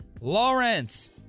Lawrence